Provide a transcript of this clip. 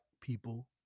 people